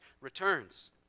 returns